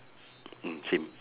mm same